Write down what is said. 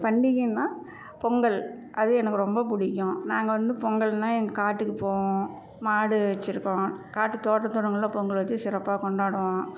பண்டிகைனால் பொங்கல் அது எனக்கு ரொம்ப பிடிக்கும் நாங்கள் வந்து பொங்கல்னால் எங்கள் காட்டுக்கு போவோம் மாடு வச்சிருக்கோம் காட்டு தோட்டம் துடங்கள்ல பொங்கல் வச்சு சிறப்பாக கொண்டாடுவோம்